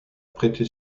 prêté